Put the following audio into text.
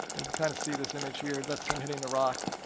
kind of see this image here, that's him hitting the rock.